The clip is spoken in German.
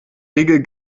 regel